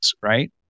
Right